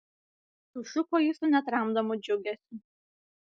sušuko ji su netramdomu džiugesiu